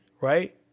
right